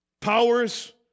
Powers